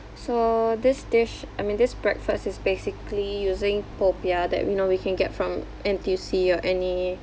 so this dish I mean this breakfast is basically using popiah that we know we can get from N_T_U_C or any